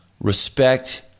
respect